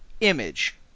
image